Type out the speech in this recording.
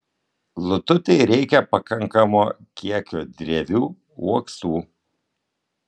lututei reikia pakankamo kiekio drevių uoksų